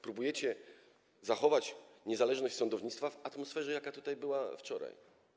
Próbujecie zachować niezależność sądownictwa w atmosferze, jaka tutaj była wczoraj.